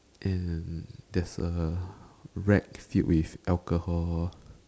and there's a rack filled with alcohol